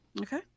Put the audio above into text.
okay